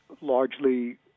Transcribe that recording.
largely